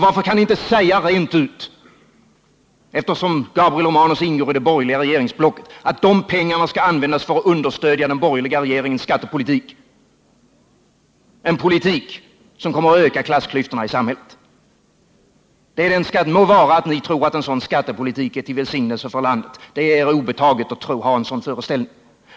Varför kan ni inte säga rent ut — Gabriel Romanus ingår ju i det borgerliga regeringsblocket — att pengarna skall användas för att understödja den borgerliga regeringens skattepolitik, en politik som kommer att öka klassklyftorna i samhället? Må vara att ni tror att en sådan skattepolitik är till välsignelse för landet — det är er obetaget att ha en sådan föreställning.